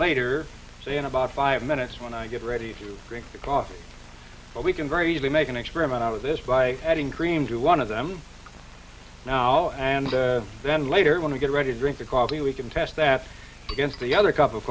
later in about five minutes when i get ready to drink the coffee but we can very easily make an experiment out of this by adding cream to one of them now and then later when we get ready to drink the coffee we can test that against the other cup of